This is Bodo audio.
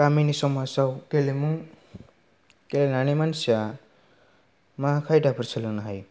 गामिनि समाजाव गेलेमु गेलेनानै मानसिया मा खायदाफोर सोलोंनो हायो